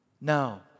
Now